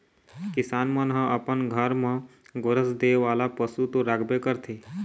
किसान मन ह अपन घर म गोरस दे वाला पशु तो राखबे करथे